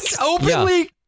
Openly